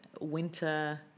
winter